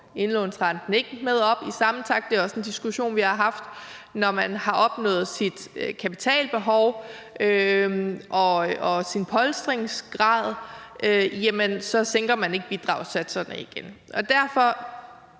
indlånsrenten ikke med op i samme takt. Det er også en diskussion, vi har haft. Når man har opnået sit kapitalbehov og sin polstringsgrad, sænker man ikke bidragssatserne igen. Derfor